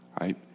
right